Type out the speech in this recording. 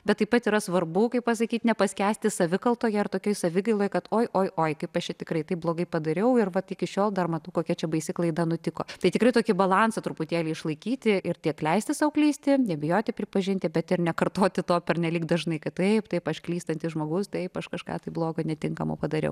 bet taip pat yra svarbu kaip pasakyt nepaskęsti savikaltoje ar tokioj savigailoj kad oi oi oi kaip aš čia tikrai taip blogai padariau ir vat iki šiol dar matau kokia čia baisi klaida nutiko tai tikrai tokį balansą truputėlį išlaikyti ir tiek leisti sau klysti nebijoti pripažinti bet ir nekartoti to pernelyg dažnai kad taip taip aš klystantis žmogus taip aš kažką taip bloga netinkamo padariau